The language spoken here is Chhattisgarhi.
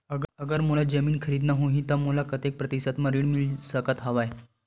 अगर मोला जमीन खरीदना होही त मोला कतेक प्रतिशत म ऋण मिल सकत हवय?